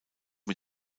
mit